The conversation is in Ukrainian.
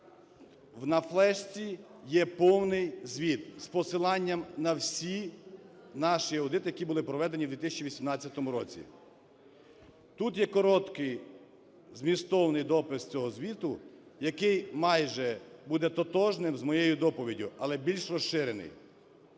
На флешці є повний звіт з посиланням на всі наші аудити, які були проведені у 2018 році. Тут є короткий змістовний допис цього звіту, який майже буде тотожнім з моєю доповіддю, але більш розширений.